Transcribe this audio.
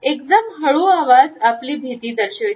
एकदम हळू आवाज आपली भीती दर्शविते